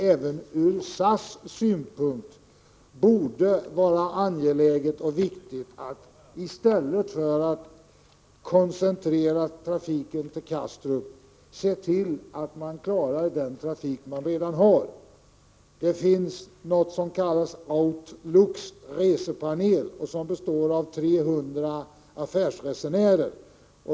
Även från SAS synpunkt borde det vara angeläget att i stället för att koncentrera trafiken till Kastrup se till att man klarar den trafik man redan har. Det finns något som kallas Outlooks Resepanel, vilken består av 300 affärsresenärer.